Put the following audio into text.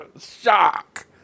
Shock